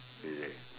you see